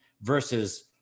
versus